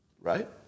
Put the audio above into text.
Right